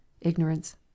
IGNORANCE